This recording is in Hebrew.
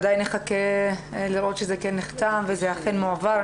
ודאי נחכה לראות שזה כן נחתם וזה אכן מועבר.